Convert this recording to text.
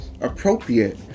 appropriate